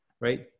right